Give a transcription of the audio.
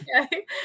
okay